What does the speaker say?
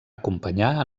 acompanyar